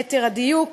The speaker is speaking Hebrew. ליתר דיוק,